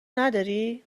نداری